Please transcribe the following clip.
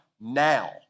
now